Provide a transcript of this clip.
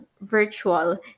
virtual